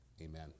Amen